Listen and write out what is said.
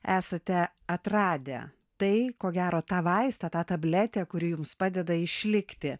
esate atradę tai ko gero tą vaistą tą tabletę kuri jums padeda išlikti